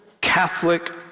Catholic